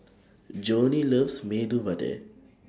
Joni loves Medu Vada